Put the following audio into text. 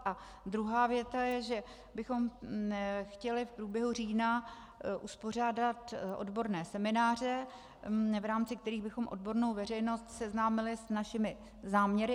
A druhá věta je, že bychom chtěli v průběhu října uspořádat odborné semináře, v rámci kterých bychom odbornou veřejnost seznámili s našimi záměry.